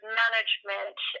management